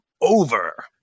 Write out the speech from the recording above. over